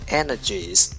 energies